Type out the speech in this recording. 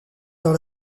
dans